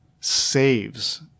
saves